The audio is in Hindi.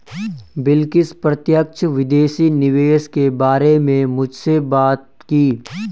बिलकिश प्रत्यक्ष विदेशी निवेश के बारे में मुझसे बात की